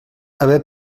haver